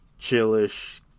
Chillish